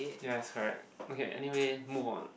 ya that's correct okay anyway move on